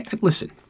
listen